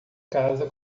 casa